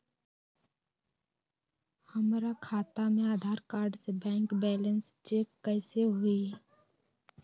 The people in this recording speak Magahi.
हमरा खाता में आधार कार्ड से बैंक बैलेंस चेक कैसे हुई?